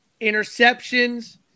Interceptions